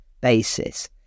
basis